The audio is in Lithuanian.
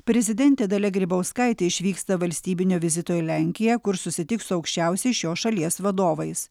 prezidentė dalia grybauskaitė išvyksta valstybinio vizito į lenkiją kur susitiks su aukščiausiais šios šalies vadovais